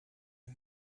une